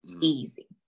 easy